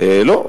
לא.